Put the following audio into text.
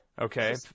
Okay